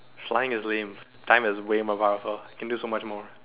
flying is lame time is way more powerful can do so much more